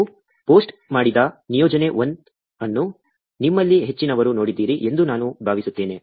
ನಾವು ಪೋಸ್ಟ್ ಮಾಡಿದ ನಿಯೋಜನೆ 1 ಅನ್ನು ನಿಮ್ಮಲ್ಲಿ ಹೆಚ್ಚಿನವರು ನೋಡಿದ್ದೀರಿ ಎಂದು ನಾನು ಭಾವಿಸುತ್ತೇನೆ